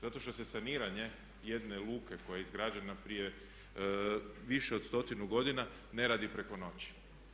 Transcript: Zato što se saniranje jedne luke koja je izgrađena prije više od 100 godina ne radi preko noći.